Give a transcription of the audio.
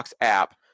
app